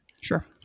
Sure